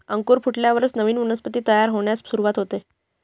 अंकुर फुटल्यावरच नवीन वनस्पती तयार होण्यास सुरूवात होते